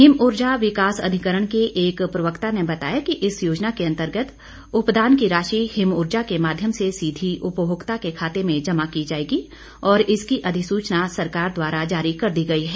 हिमऊर्जा विकास अधिकरण के एक प्रवक्ता ने बताया कि इस योजना के अंतर्गत उपदान की राशि हिमऊर्जा के माध्यम से सीधी उपभोक्ता के खाते में जमा की जाएगी और इसकी अधिसूचना सरकार द्वारा जारी कर दी गई है